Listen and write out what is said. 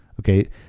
okay